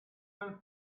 and